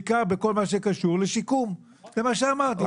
בעיקר בכל מה שקשור לשיקום זה מה שאמרתי,